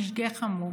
משגה חמור.